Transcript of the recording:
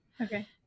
Okay